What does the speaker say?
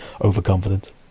overconfident